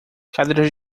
cadeiras